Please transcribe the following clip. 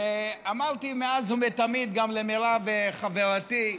אמרתי מאז ומתמיד, גם למירב חברתי,